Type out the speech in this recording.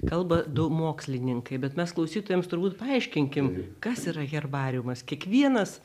kalba mokslininkai bet mes klausytojams turbūt paaiškinkim kas yra herbariumas kiekvienas